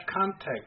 context